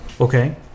Okay